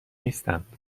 نیستند